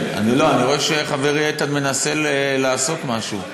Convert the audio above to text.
אני רואה שחברי איתן מנסה לעשות משהו.